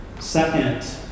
Second